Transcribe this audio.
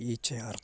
ഈച്ച ആർത്ത്